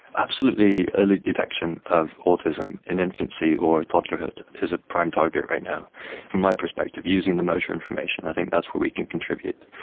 absolutely early detection of autism in infancy or toddlerhood is a prime target right now. from my perspective using the motor information, i think that's what we can contribute.